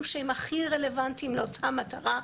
שהם הכי רלוונטיים לאותה מטרה ולמדד.